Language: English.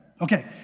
Okay